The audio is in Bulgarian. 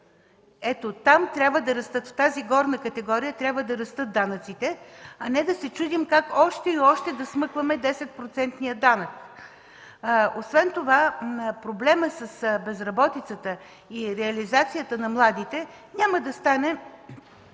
Ето там, в тази горна категория, трябва да растат данъците, а не да се чудим още и още да смъкваме 10 процентния данък. Освен това проблемът с безработицата и реализацията на младите няма да стане